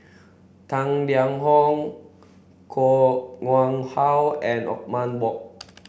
Tang Liang Hong Koh Nguang How and Othman Wok